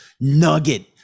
nugget